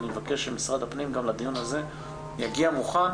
אני מבקש שמשרד הפנים יגיע מוכן לדיון הזה